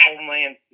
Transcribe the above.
Homeland